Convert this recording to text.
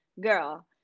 Girl